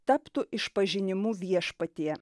taptų išpažinimu viešpatie